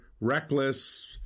reckless